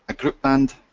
group band,